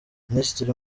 minisitiri